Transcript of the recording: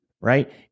right